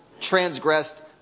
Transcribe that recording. transgressed